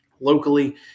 locally